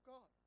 God